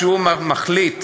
כשהוא מחליט